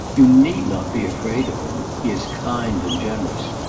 you need not be afraid of him. he is kind and generous.